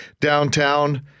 downtown